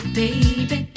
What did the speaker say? baby